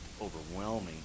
overwhelming